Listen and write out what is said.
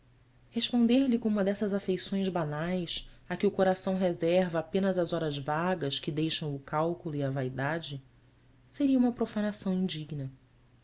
inspirar responder-lhe com uma dessas afeições banais a que o coração reserva apenas as horas vagas que deixam o cálculo e a vaidade seria uma profanação indigna